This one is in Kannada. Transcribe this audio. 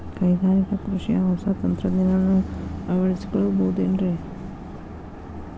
ಕೈಗಾರಿಕಾ ಕೃಷಿಯಾಗ ಹೊಸ ತಂತ್ರಜ್ಞಾನವನ್ನ ಅಳವಡಿಸಿಕೊಳ್ಳಬಹುದೇನ್ರೇ?